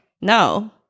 no